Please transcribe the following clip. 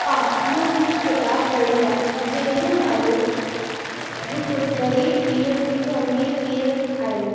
हा मां हिकु किताबु पढ़ी आहे जंहिंजो नालो हिकु ग़रीबु पीउ हिकु अमीरु पीउ आहे